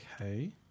okay